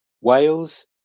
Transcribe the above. Wales